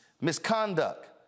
misconduct